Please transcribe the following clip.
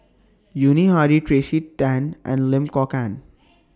Yuni Hadi Tracey Tan and Lim Kok Ann